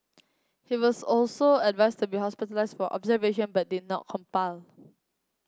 he was also advised to be hospitalised for observation but did not comply